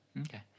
Okay